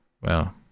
Well